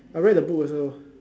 I read the book also